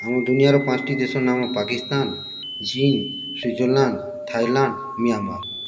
ଆମ ଦୁନିଆର ପାଞ୍ଚ୍ଟି ଦେଶର ନାମ ପାକିସ୍ତାନ ଚୀନ ସୁଇଜରଲାଣ୍ଡ ଥାଇଲାଣ୍ଡ ମିଆଁମାର